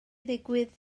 ddigwydd